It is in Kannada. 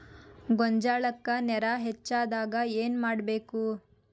ಗೊಂಜಾಳಕ್ಕ ನೇರ ಹೆಚ್ಚಾದಾಗ ಏನ್ ಮಾಡಬೇಕ್?